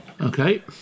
Okay